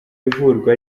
ivurwa